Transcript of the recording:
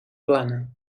plana